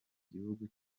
gihugu